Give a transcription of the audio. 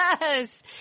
yes